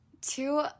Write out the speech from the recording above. Two